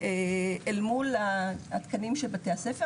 אל מול התקנים של בתי הספר,